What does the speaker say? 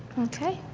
okay,